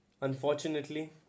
Unfortunately